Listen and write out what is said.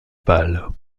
pâle